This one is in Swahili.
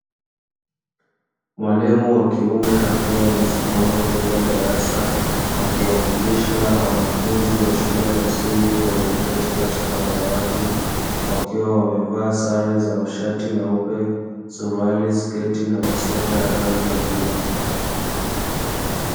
Mwalimu wa kiume akiwa amesimama mbele ya darasa, akiwafundisha wanafunzi wa shule ya msingi, walioketi katika madawati wakiwa wamevaa sare za mashati meupe, suruali, sketi na masweta ya rangi ya bluu.